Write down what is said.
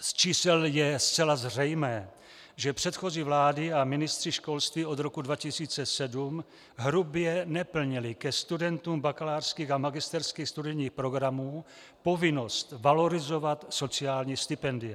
Z čísel je zcela zřejmé, že předchozí vlády a ministři školství od roku 2007 hrubě neplnili ke studentům bakalářských a magisterských studijních programů povinnost valorizovat sociální stipendia.